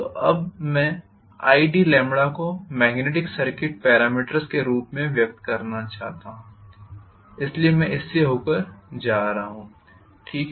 तो अब मैं id को मेग्नेटिक सर्किट पेरामीटर्स के रूप में व्यक्त करना चाहता हूं इसीलिए मैं इससे होकर जा रहा हूँ ठीक है